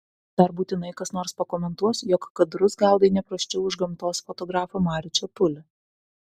dar būtinai kas nors pakomentuos jog kadrus gaudai ne prasčiau už gamtos fotografą marių čepulį